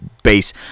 base